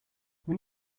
when